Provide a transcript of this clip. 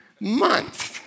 month